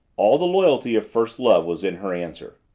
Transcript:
all the loyalty of first-love was in her answer.